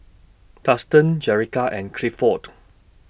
Thurston Jerica and Clifford